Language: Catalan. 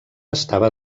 estava